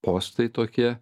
postai tokie